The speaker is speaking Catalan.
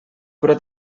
però